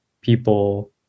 people